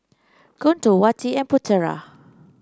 Guntur Wati and Putera